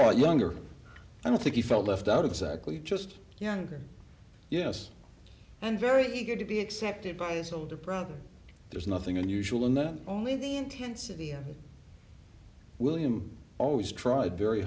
lot younger i don't think he felt left out exactly just younger yes and very eager to be accepted by his older brother there's nothing unusual in that only the intensity of william always tried very